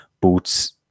boots